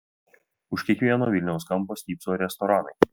už kiekvieno vilniaus kampo stypso restoranai